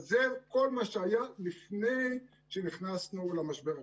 אז זה כל מה שהיה לפני שנכנסנו למשבר הכלכלי.